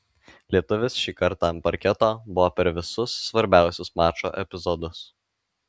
lietuvis šį kartą ant parketo buvo per visus svarbiausius mačo epizodus